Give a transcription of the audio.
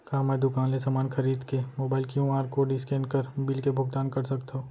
का मैं दुकान ले समान खरीद के मोबाइल क्यू.आर कोड स्कैन कर बिल के भुगतान कर सकथव?